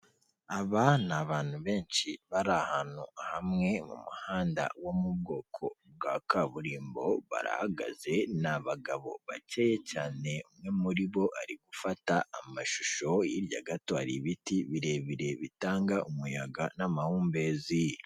Aba ni abantu benshi bari ahantu hamwe mu muhanda wo mu bwoko bwa kaburimbo, barahagaze ni abagabo bakeya cyane umwe muri bo ari gufata amashusho, hirya gato hari ibiti birebire bitanga umuyaga n'amahumbezi.